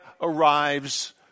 arrives